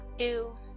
two